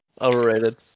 Overrated